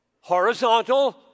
horizontal